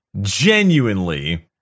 Genuinely